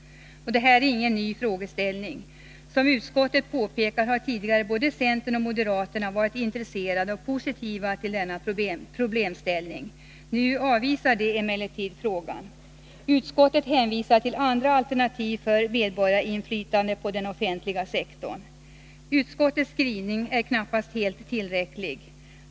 Detta är ingen ny frågeställning. Som utskottet påpekar har tidigare både centern och moderaterna varit intresserade av och positiva till denna fråga. Nu avvisar de den. Utskottet hänvisar till andra alternativ för medborgarinflytande på den offentliga sektorn. Utskottets skrivning är knappast helt tillräcklig.